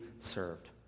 served